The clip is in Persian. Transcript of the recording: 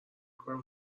کنم